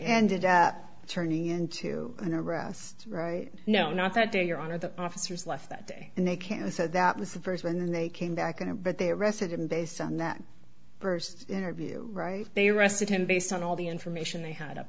ended up turning into an arrest right now not that day your honor the officers left that day and they can said that was the st when they came back in but they arrested him based on that burst interview right they arrested him based on all the information they had up